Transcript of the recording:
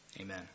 Amen